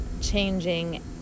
changing